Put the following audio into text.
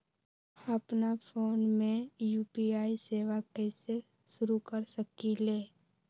अपना फ़ोन मे यू.पी.आई सेवा कईसे शुरू कर सकीले?